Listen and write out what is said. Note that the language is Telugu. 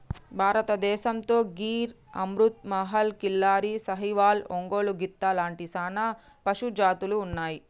భారతదేసంతో గిర్ అమృత్ మహల్, కిల్లారి, సాహివాల్, ఒంగోలు గిత్త లాంటి సానా పశుజాతులు ఉన్నాయి